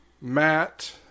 Matt